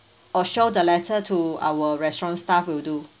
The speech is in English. or show the letter to our restaurant staff will do